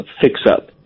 fix-up